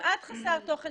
כמעט חסר תוכן,